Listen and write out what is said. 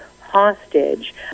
hostage